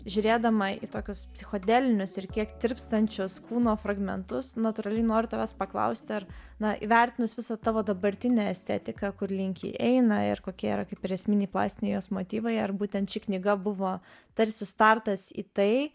žiūrėdama į tokius psichodelinius ir kiek tirpstančius kūno fragmentus natūraliai noriu tavęs paklausti ar na įvertinus visą tavo dabartinę estetiką kur link ji eina ir kokie yra kaip ir esminiai plastiniai jos motyvai ar būtent ši knyga buvo tarsi startas į tai